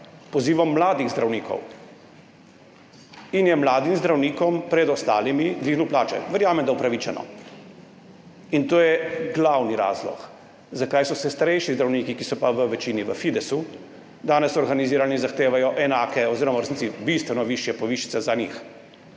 pozivom mladih zdravnikov in je mladim zdravnikom pred ostalimi dvignil plače, verjamem, da upravičeno. In to je glavni razlog, zakaj so se starejši zdravniki, ki so pa v večini v Fidesu, danes organizirali in zahtevajo enake oziroma v resnici bistveno višje povišice zase in